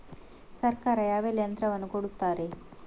ಸರ್ಕಾರ ಯಾವೆಲ್ಲಾ ಯಂತ್ರವನ್ನು ಕೊಡುತ್ತಾರೆ?